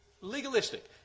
legalistic